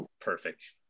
Perfect